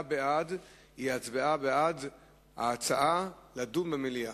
הצבעה בעד היא הצבעה בעד ההצעה לדון במליאה,